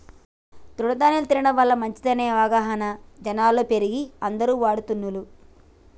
తృణ ధ్యాన్యాలు తినడం వల్ల మంచిదనే అవగాహన జనాలలో పెరిగి అందరు వాడుతున్లు